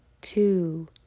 two